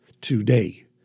Today